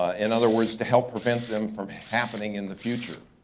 ah in other words to help prevent them from happening in the future.